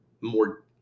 more